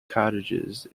cottages